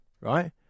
right